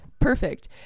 perfect